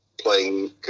playing